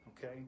Okay